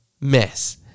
mess